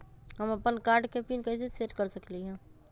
हम अपन कार्ड के पिन कैसे सेट कर सकली ह?